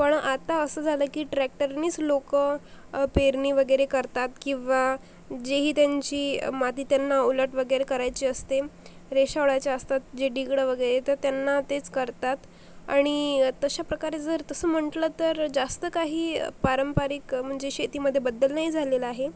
पण आता असं झालं की ट्रॅक्टरनीच लोक पेरणी वगैरे करतात किंवा जेही त्यांची माती त्यांना ओलट वगैरे करायची असते रेषा ओढायच्या असतात जे डिग्ड वगैरे तर त्यांना तेच करतात आणि तशा प्रकारे जर तसं म्हटलं तर जास्त काही पारंपरिक म्हणजे शेतीमध्येबद्दल नाही झालेला आहे